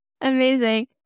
Amazing